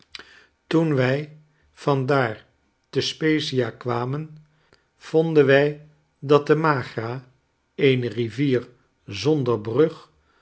toen wij van daar te spezzia kwamen vonden wij dat de magra eene rivier zonder brug